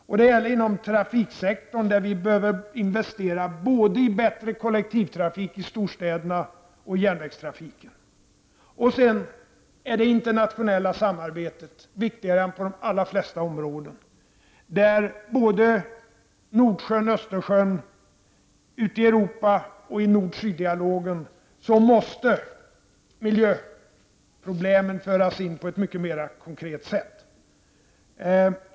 Och det gäller inom trafiksektorn, där vi behöver investera både för bättre kollektivtrafik i storstäderna och för järnvägstrafiken. Sedan är det internationella samarbetet viktigare än på de allra flesta områden. Det gäller både Nordsjön och Östersjön. Ute i Europa och i nord-syd-dialogen måste miljöproblemen föras in på ett mycket mera konkret sätt.